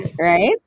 right